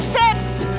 fixed